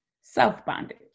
self-bondage